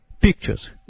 pictures